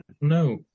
no